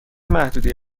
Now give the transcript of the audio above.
محدوده